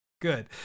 Good